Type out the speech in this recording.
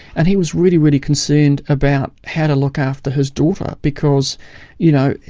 and he was really, really concerned about how to look after his daughter, because you know,